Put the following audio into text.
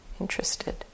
interested